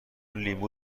لیمو